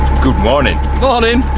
good morning. morning.